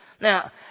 Now